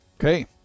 Okay